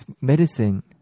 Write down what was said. medicine